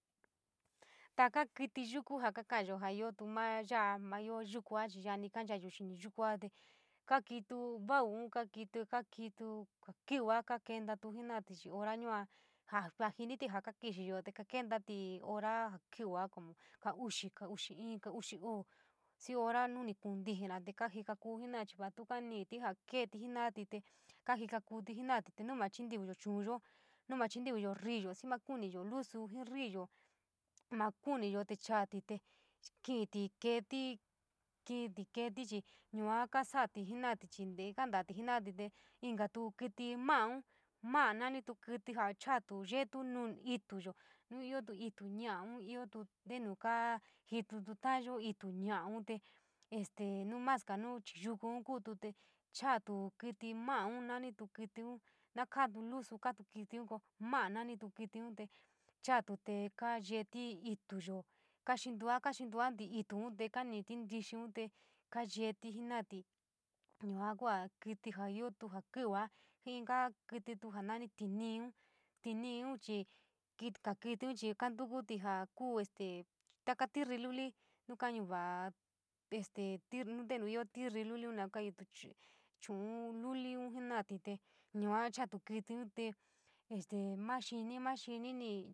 Taka kiti yuku jaa kakayo ja iootu maa yaa, mayo yukua chii yanii komelayoo yaní. Konchayo xiní yukua te kaakitío vauun, kaa kaokitu jaa kiiwaa koa kontoru jena’ti chii hora yuaa jao tintii jaa kea xiiiyo te kontoro ora jaa kiti’ia oomo kaa xii, kaa útii’in, kadukivu, xii ioo ho’o nun núú kunafiinaa te kajika koo jino’a chii vaa tuu kani’ti jaa keeti jena’te kajikakouti te nuu ma luyo shounyo, nuu maa chintii’iyo rii’yo, xii maa kuuniyo lusu juu ri’iyo, maa kuuniyo chaoti te kiti keeti luli’n te chaatu kiti yua kaoti jena’latí chii ntee kantatí jenalati te inka mála, mála nanitu kiti jaa chaatu yeetu ituuyo, nu iooto itu ñaaun iodu, ntenu kaa jituu talayo ilu ñaaun te este maa kaa nuu abii yukuun kuutu te chaatu kiti maaun nanitu kittun naa kadru losuun koatu kittun koo maa nanitu kiti’n te chaatu tee yeeti itu’yo kaa xinúua, kaxinluati iluunte kaani’. In txiun te kaayeti jeena´atí yua kuaa kiti jaa iooto jaa kivá, jii inka kiti’iu jaa naní tinii, tñiiun chii, inka kiti’un chii te kantukutí jaa koo este jaa ti’iti luli nuu kañu’va este tírri’ ni’ ntenu ioo lulina kaa ioti chii chuun luliun jena’ati te yua chaatu kítíun te este maa xiní, maa xiní ni.